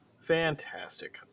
Fantastic